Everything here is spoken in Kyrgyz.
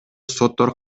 соттор